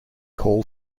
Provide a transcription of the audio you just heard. call